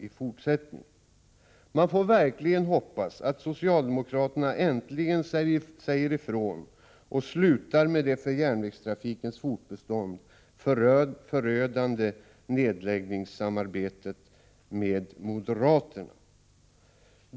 Man får verkligen hoppas att socialdemokraterna äntligen säger ifrån och slutar med det för järnvägstrafikens fortbestånd förödande nedläggningssamarbetet med moderaterna.